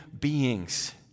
beings